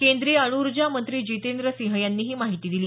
केंद्रीय अणु ऊर्जा मंत्री जितेंद्र सिंह यांनी ही माहिती दिली